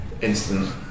instant